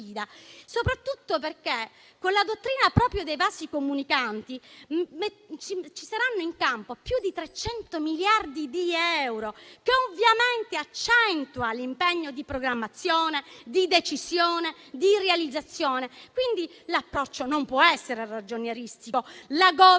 soprattutto perché con la dottrina dei vasi comunicanti ci saranno in campo più di 300 miliardi di euro e questo ovviamente accentua l'impegno di programmazione, di decisione e di realizzazione. L'approccio non può essere quindi ragionieristico: la *governance*